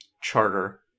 charter